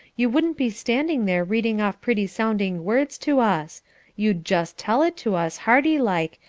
you wouldn't be standing there reading off pretty sounding words to us you'd just tell it to us, hearty like,